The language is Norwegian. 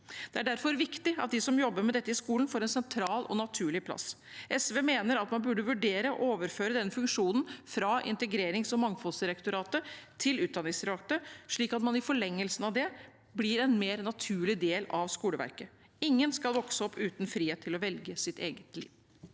Det er derfor viktig at de som jobber med dette i skolen, får en sentral og naturlig plass. SV mener at man burde vurdere å overføre denne funksjonen fra Integrerings- og mangfoldsdirektoratet til Utdanningsdirektoratet, slik at man i forlengelsen av det blir en mer naturlig del av skoleverket. Ingen skal vokse opp uten frihet til å velge sitt eget liv.